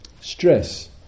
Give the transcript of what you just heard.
stress